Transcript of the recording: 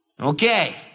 Okay